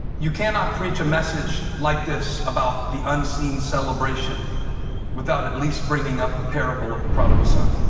you cannot preach a message like this about the unseen celebration without at least bringing up the parable of the prodigal son.